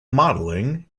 modeling